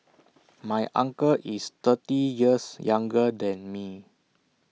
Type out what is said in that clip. my uncle is thirty years younger than me